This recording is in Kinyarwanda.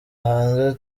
hanze